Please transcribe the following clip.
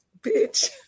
Bitch